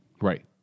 right